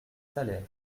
salaires